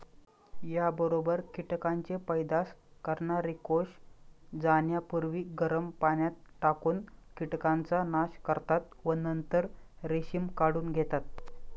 याबरोबर कीटकांचे पैदास करणारे कोष जाण्यापूर्वी गरम पाण्यात टाकून कीटकांचा नाश करतात व नंतर रेशीम काढून घेतात